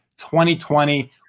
2020